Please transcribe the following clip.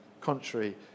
contrary